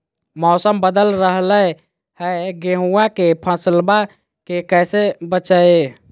मौसम बदल रहलै है गेहूँआ के फसलबा के कैसे बचैये?